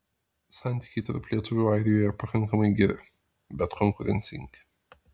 santykiai tarp lietuvių airijoje pakankamai geri bet konkurencingi